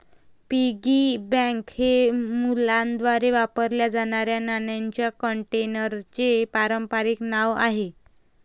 piggy bank हे मुलांद्वारे वापरल्या जाणाऱ्या नाण्यांच्या कंटेनरचे पारंपारिक नाव आहे